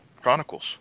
Chronicles